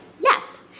Yes